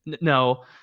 no